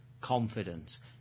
confidence